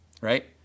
right